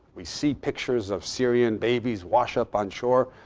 we see pictures of syrian babies wash up on shore.